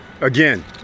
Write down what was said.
again